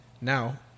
Now